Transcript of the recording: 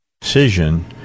decision